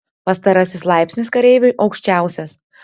pastarasis laipsnis kareiviui aukščiausias